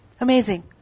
Amazing